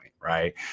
right